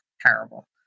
terrible